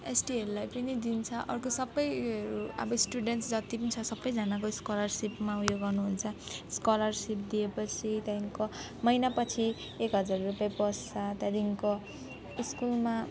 एसटीहरूलाई पनि दिन्छ अर्को सबै उयोहरू अब स्टुडेन्ट्स जति पनि छ सबैजनाको स्कोलरसिपमा उयो गर्नुहुन्छ स्कोलरसिप दिएपछि त्यहाँदेखिको महिनापछि एक हजार रुपियाँ पस्छ त्यहाँदेखिको स्कुलमा